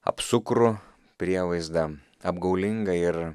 apsukrų prievaizdą apgaulingą ir